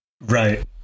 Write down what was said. Right